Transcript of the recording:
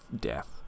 death